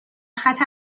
خطر